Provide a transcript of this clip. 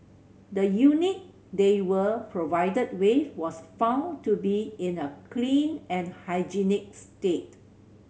the unit they were provided with was found to be in a clean and hygienic state